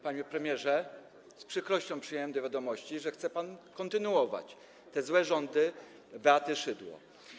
Panie premierze, z przykrością przyjąłem do wiadomości, że chce pan kontynuować te złe rządy Beaty Szydło.